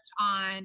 on